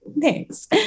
thanks